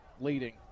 leading